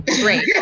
great